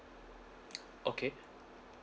okay